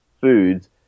foods